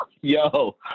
Yo